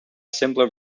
simpler